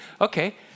Okay